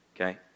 Okay